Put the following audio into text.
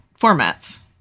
formats